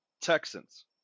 Texans